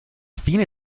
fine